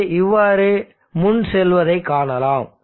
அது இவ்வாறு முன் செல்வதை காணலாம்